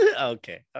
okay